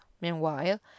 meanwhile